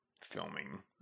filming